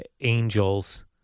angels